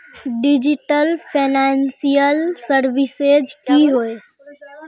Digital financial services की होय?